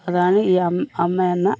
അതാണ് ഈ അമ്മയെന്ന